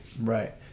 Right